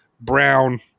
brown